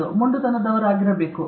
ನೀವು ಮೊಂಡುತನದವರಾಗಿರಬೇಕು